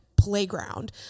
playground